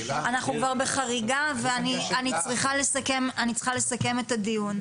אנחנו כבר בחריגה ואני צריכה לסכם את הדיון.